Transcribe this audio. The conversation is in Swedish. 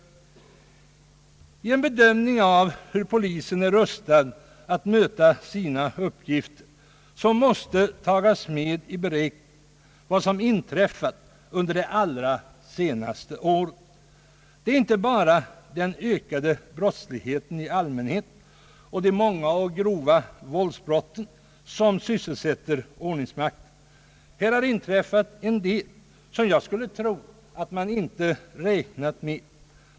Vid en bedömning av hur polisen är rustad att möta sina uppgifter måste man ta med i beräkningen vad som inträffat under det allra senaste året. Det är inte bara den ökade brottsligheten i allmänhet och de många och grova våldsbrotten som sysselsätter ordningsmakten. Här har inträffat en del som jag skulle tro att man inte räknat med.